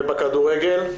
ובכדורגל?